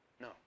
no